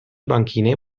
banchine